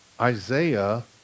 Isaiah